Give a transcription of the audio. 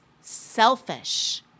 selfish